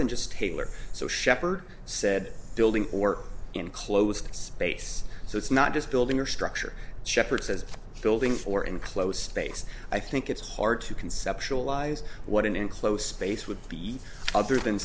than just taylor so shepard said building or enclosed space so it's not just building or structure sheppard says building for enclosed space i think it's hard to conceptualize what an enclosed space would be other than